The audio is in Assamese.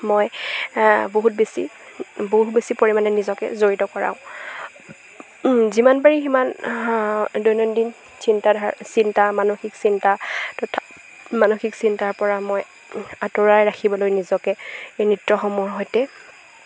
মই বহুত বেছি বহুত বেছি পৰিমাণে নিজকে জড়িত কৰাওঁ যিমান পাৰি সিমান দৈনন্দিন চিন্তাধাৰা চিন্তা মানসিক চিন্তা তথা মানসিক চিন্তাৰপৰা মই আঁতৰাই ৰাখিবলৈ নিজকে এই নৃত্যসমূহৰ সৈতে